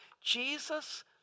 Jesus